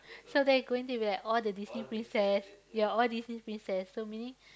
so there is going to be like all the Disney princess ya all Disney princess so meaning